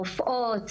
רופאות,